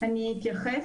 אני אתייחס